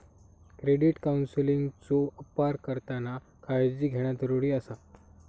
credit काउन्सेलिंगचो अपार करताना काळजी घेणा जरुरी आसा